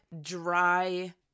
dry